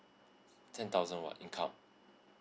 ten thousand what income